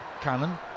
Cannon